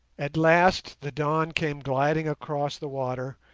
at last the dawn came gliding across the water,